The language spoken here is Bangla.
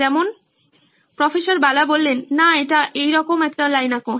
যেমন প্রফ্ বালা না এটা এরকম একটা লাইন আঁকো